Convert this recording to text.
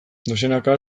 dozenaka